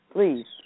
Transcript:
Please